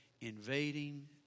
invading